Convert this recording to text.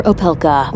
Opelka